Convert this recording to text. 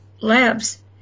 Labs